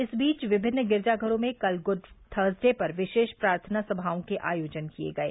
इस बीच विभिन्न गिरिजाघरो में कल गुड थ्रसडे पर विशेष प्रार्थना सभाओं के आयोजन किए गये